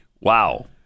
Wow